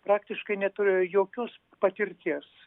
praktiškai neturėjo jokios patirties